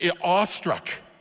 awestruck